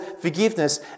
forgiveness